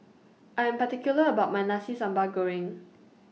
I Am particular about My Nasi Sambal Goreng